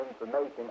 information